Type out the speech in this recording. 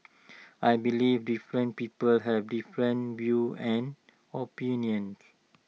I believe different people have different views and opinions